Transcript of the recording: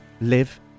live